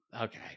Okay